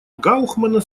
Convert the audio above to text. гаухмана